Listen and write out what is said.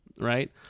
Right